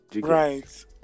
Right